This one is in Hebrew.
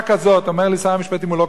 אומר לי שר המשפטים: הוא לא קורא עיתונים.